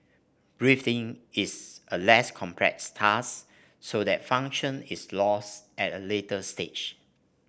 breathing is a less complex task so that function is lost at a later stage